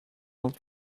old